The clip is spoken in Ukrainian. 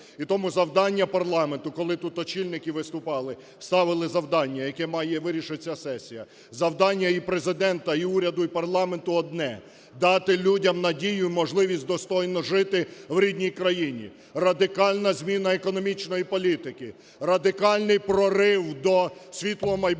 І тому завдання парламенту, коли тут очільники виступали, ставили завдання, яке має вирішити ця сесія, завдання і Президента, і уряду, і парламенту одне – дати людям надію і можливість достойно жити в рідній країні. Радикальна зміна економічної політики, радикальний прорив до світлого майбутнього,